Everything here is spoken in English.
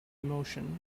emotion